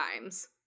times